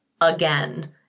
again